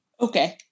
Okay